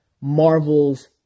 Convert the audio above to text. Marvel's